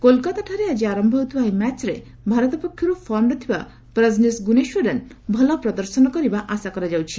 କୋଲକତାଠାରେ ଆକି ଆରମ୍ଭ ହେଉଥିବା ଏହି ମ୍ୟାଚରେ ଭାରତ ପକ୍ଷରୁ ଫର୍ମରେ ଥିବା ପ୍ରକ୍ନେସ୍ ଗୁନେଶ୍ୱରନ୍ ଭଲ ପ୍ରଦର୍ଶନ କରିବା ଆଶା କରାଯାଉଛି